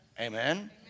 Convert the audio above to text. Amen